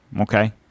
Okay